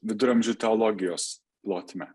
viduramžių teologijos plotme